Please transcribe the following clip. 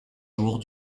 jours